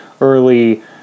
early